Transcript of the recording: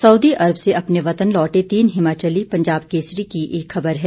Saudi अरब से अपने वतन लौटे तीन हिमाचली पंजाब केसरी की खबर है